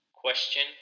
Question